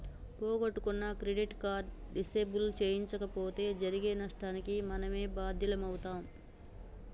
పోగొట్టుకున్న credit card disable చేయించకపోతే జరిగే నష్టానికి మనమే బాధ్యులమవుతం